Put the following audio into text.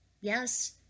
Yes